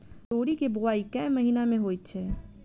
तोरी केँ बोवाई केँ महीना मे होइ छैय?